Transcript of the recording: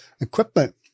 equipment